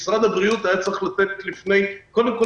משרד הבריאות היה צריך לתת עוד לפני חודשיים